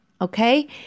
okay